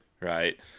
Right